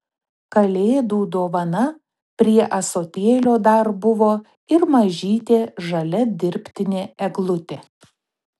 kalėdų dovana prie ąsotėlio dar buvo ir mažytė žalia dirbtinė eglutė